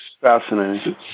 Fascinating